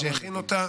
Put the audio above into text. שהכין אותה.